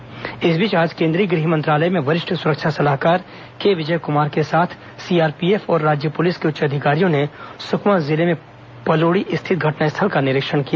अधिकारी दौरा इस बीच आज केंद्रीय गृह मंत्रालय में वरिष्ठ सुरक्षा सलाहकार के विजय कुमार के साथ सीआरपीएफ और राज्य पुलिस के उच्च अधिकारियों ने सुकमा जिले में पलोड़ी स्थित घटनास्थल का निरीक्षण किया